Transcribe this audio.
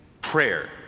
prayer